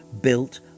built